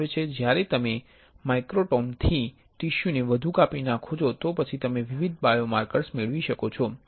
જ્યારે તમે માઇક્રોટોમથી ટીશ્યુને વધુ કાપી નાખો છો તો પછી તમે વિવિધ બાયોમાર્કર્સ મેળવી શકો છો